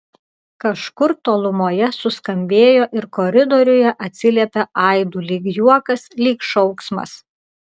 kažkur tolumoje suskambėjo ir koridoriuje atsiliepė aidu lyg juokas lyg šauksmas